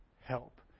help